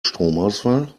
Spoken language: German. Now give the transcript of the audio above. stromausfall